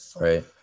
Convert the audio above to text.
right